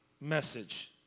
message